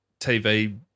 TV